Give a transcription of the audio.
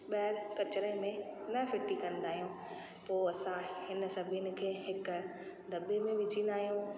ॿाहिरि कचिरे में न फिटी कंदा आहियूं पोइ असां हिननि सभिनी खे हिक दॿे में विझींदा आहियूं